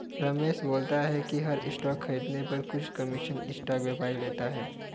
रमेश बोलता है कि हर स्टॉक खरीदने पर कुछ कमीशन स्टॉक व्यापारी लेता है